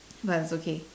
but it's okay